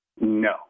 No